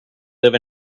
live